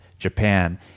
japan